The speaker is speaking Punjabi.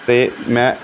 ਅਤੇ ਮੈਂ